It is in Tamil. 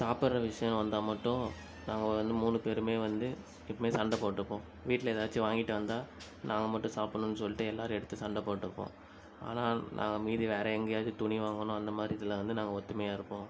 சாப்பிடுற விஷயம் வந்தால் மட்டும் நாங்கள் மூன்று பேருமே வந்து எப்பவுமே சண்டை போட்டுப்போம் விட்டில் எதாச்சும் வாங்கிட்டு வந்தால் நாங்கள் மட்டும் சாப்பிடணும் சொல்லிட்டு எல்லாரும் எடுத்து சண்டை போட்டுப்போம் ஆனால் நாங்கள் மீதி வேற எங்கேயாவது துணி வாங்கணும் அந்தமாதிரி இதில் வந்து நாங்கள் ஒற்றுமையாருப்போம்